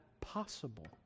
possible